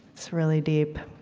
it's really deep.